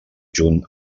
junt